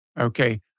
Okay